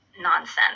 nonsense